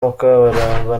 mukabaramba